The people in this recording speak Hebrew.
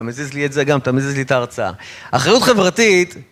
אתה מזיז לי את זה גם, אתה מזיז לי את ההרצאה. אחריות חברתית